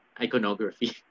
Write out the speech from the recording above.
iconography